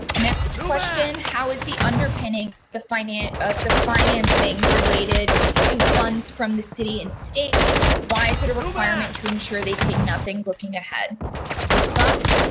next question, how is the underpinning the finance of the financing related to funds from the city and state? why is it a requirement to ensure? they pay nothing looking ahead response?